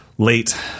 Late